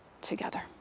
together